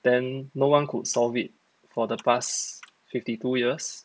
then no one could solve it for the past fifty two years